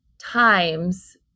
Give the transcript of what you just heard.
times